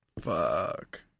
Fuck